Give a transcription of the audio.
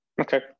Okay